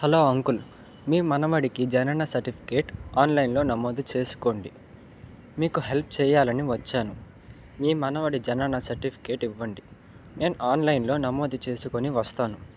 hello uncle మీ మనవడికి జనన సర్టిఫికేట్ ఆన్లైన్లో నమోదు చేసుకోండి మీకు హెల్ప్ చేయాలని వచ్చాను మీ మనవడి జనన సర్టిఫికేట్ ఇవ్వండి నేను ఆన్లైన్లో నమోదు చేసుకుని వస్తాను